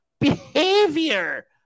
behavior